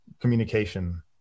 communication